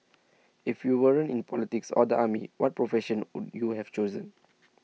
if you weren't in politics or the army what profession would you have chosen